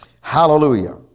Hallelujah